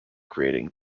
creating